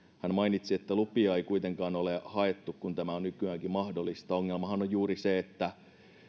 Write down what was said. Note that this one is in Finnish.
hän mainitsi että lupia ei kuitenkaan ole haettu kun tämä on nykyäänkin mahdollista ongelmahan on juuri se että